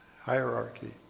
hierarchy